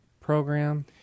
program